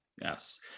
Yes